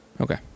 Okay